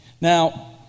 Now